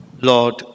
lord